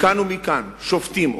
מכאן ומכאן שופטים,